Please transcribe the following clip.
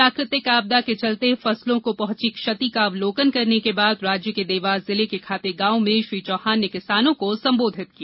प्राकृतिक आपदा के चलते फसलों को पहुंची क्षति का अवलोकन करने के बाद राज्य के देवास जिले के खातेगांव में श्री चौहान ने किसानों को संबोधित किया